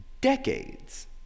decades